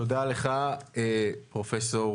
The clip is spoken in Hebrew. תודה לך, פרופ'